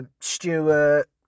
Stewart